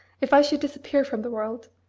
if i should disappear from the world,